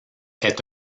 est